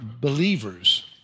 believers